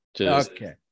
okay